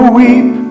weep